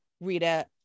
Rita